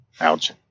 Ouch